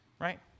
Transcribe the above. right